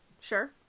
Sure